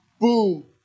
Boom